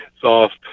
soft